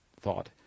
thought